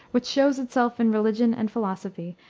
which shows itself in religion and philosophy,